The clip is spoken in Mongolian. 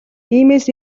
иймээс